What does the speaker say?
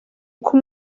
uko